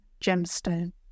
gemstone